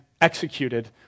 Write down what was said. executed